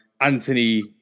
Anthony